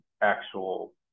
actual